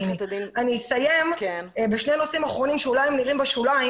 אני אסיים בשני נושאים אחרונים שאולי הם נראים בשוליים